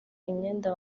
imyenda